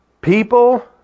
people